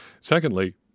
Secondly